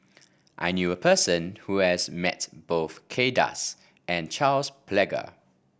I knew a person who has met both Kay Das and Charles Paglar